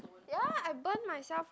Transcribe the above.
ya I burn myself